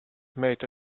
made